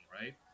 right